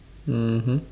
mmhmm